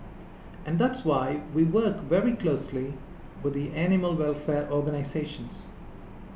and that's why we work very closely with the animal welfare organisations